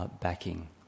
backing